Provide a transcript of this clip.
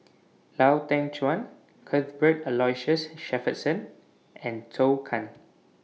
Lau Teng Chuan Cuthbert Aloysius Shepherdson and Zhou Can